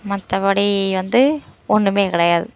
மற்றபடி வந்து ஒன்றுமே கிடையாது